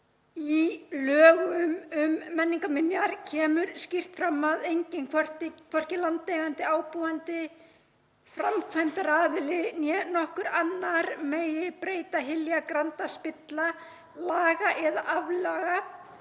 Í lögum um menningarminjar, kemur skýrt fram að enginn, hvorki landeigandi, ábúandi, framkvæmdaraðili né nokkur annar, má breyta, hylja, granda, spilla, laga eða aflaga,